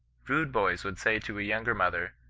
kude boys would say to a younger brother,